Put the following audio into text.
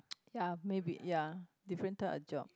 ya maybe ya different type of job